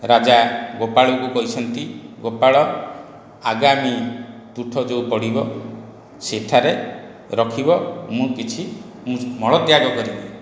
ରାଜା ଗୋପାଳକୁ କହିଛନ୍ତି ଗୋପାଳ ଆଗାମୀ ତୁଠ ଯେଉଁ ପଡ଼ିବ ସେଠାରେ ରଖିବ ମୁଁ କିଛି ମୁଁ ମଳତ୍ୟାଗ କରିବି